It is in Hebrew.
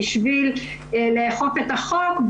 בשביל לאכוף את החוק.